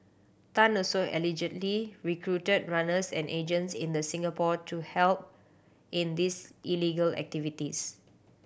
Tan also allegedly recruited runners and agents in the Singapore to help in these illegal activities